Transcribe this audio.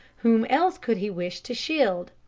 whom else could he wish to shield?